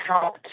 help